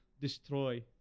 destroy